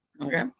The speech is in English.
Okay